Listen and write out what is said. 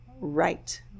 right